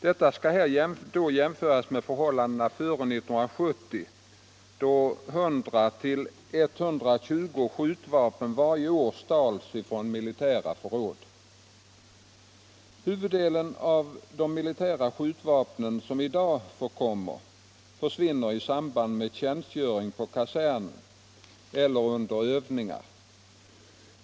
Detta skall då jämföras med förhållandena före år 1970 då 100-200 skjutvapen varje år stals från militära förråd. Huvuddelen av de militära skjutvapen som i dag förekommer försvinner i samband med tjänstgöring på kasern eller under övningar.